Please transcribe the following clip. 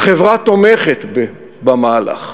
החברה תומכת במהלך.